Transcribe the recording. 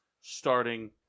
starting